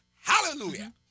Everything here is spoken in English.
Hallelujah